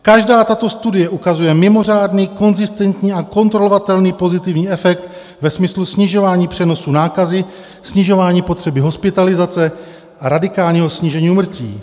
Každá tato studie ukazuje mimořádný konzistentní a kontrolovatelný pozitivní efekt ve smyslu snižování přenosu nákazy, snižování potřeby hospitalizace a radikálního snížení úmrtí.